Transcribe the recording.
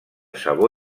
sabó